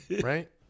right